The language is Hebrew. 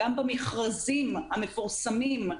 גם במכרזים המפורסמים,